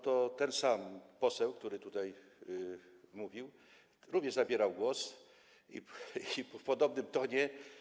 Ten sam poseł, który tutaj mówił, również wtedy zabierał głos w podobnym tonie.